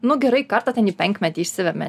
nu gerai kartą ten į penkmetį išsiveme